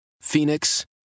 Phoenix